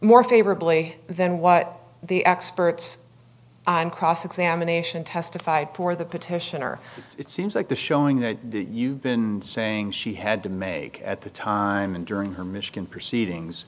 more favorably than what the experts on cross examination testified for the petitioner it seems like the showing that you've been saying she had to make at the time and during her michigan proceedings